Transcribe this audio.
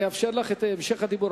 אני אאפשר לך את המשך הדיבור.